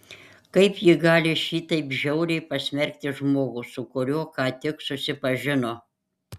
kaip ji gali šitaip žiauriai pasmerkti žmogų su kuriuo ką tik susipažino